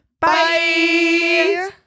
Bye